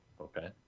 Okay